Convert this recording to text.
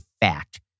fact